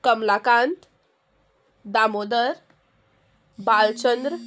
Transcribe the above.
Kamalakant Damodar Balchandra